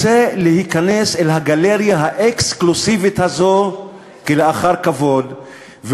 רוצה להיכנס אל הגלריה האקסקלוסיבית הזאת אחר כבוד,